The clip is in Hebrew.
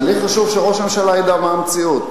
לי חשוב שראש הממשלה ידע מה המציאות.